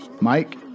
Mike